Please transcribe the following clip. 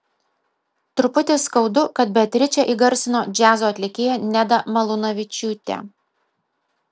truputį skaudu kad beatričę įgarsino džiazo atlikėja neda malūnavičiūtė